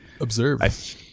observe